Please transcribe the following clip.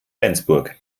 flensburg